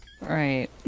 right